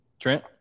Trent